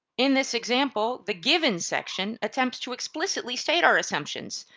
in this example, the given section attempts to explicitly state our assumptions,